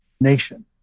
nation